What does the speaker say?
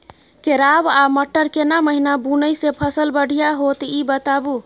केराव आ मटर केना महिना बुनय से फसल बढ़िया होत ई बताबू?